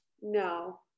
no